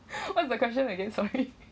what's the question again sorry